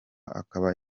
akaba